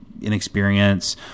inexperience